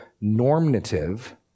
normative